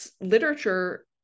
literature